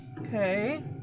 Okay